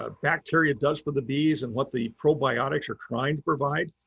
ah bacteria does for the bees and what the probiotics are trying to provide,